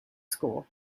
school